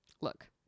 Look